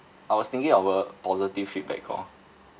I was thinking of a positive feedback call